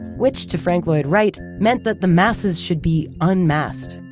which to frank lloyd wright meant that the masses should be unmasked.